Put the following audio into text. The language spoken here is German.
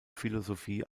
philosophie